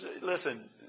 listen